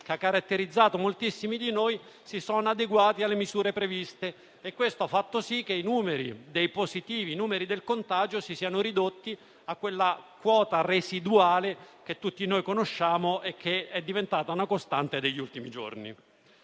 che ha caratterizzato moltissimi di noi, si sono adeguati alle misure previste e questo ha fatto sì che i numeri dei positivi al contagio si siano ridotti a quella quota residuale che tutti noi conosciamo e che è diventata una costante degli ultimi giorni.